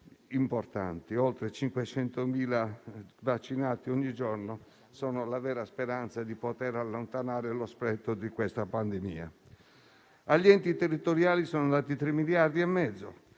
importanti: oltre 500.000 vaccinati ogni giorno sono la vera speranza di poter allontanare lo spettro di questa pandemia. Agli enti territoriali sono andati 3 miliardi e mezzo,